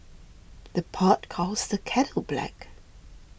the pot calls the kettle black